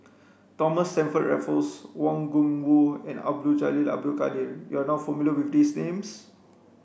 Thomas Stamford Raffles Wang Gungwu and Abdul Jalil Abdul Kadir you are not familiar with these names